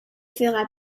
fera